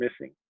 missing